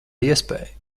iespēja